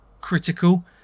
critical